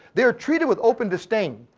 they are treated with open disdain,